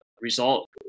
Result